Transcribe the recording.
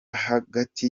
hagati